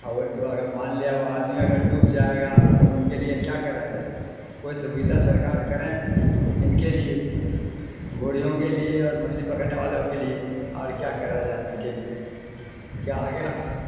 اور وہ اگر مان لیا وہ آدمی اگر ڈوب جائے گا تو ان کے لیے کیا کرا جائے کوئی سوھا سرکار کریں ان کے لیے گوڑھیوں کے لیے اور مچھلی پکڑنے والوں کے لیے اور کیا کرا جائے ان کے لیے ان کے آگے